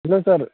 hello sir